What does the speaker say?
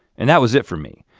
and that was it for me.